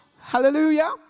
Hallelujah